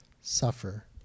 Suffer